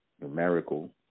numerical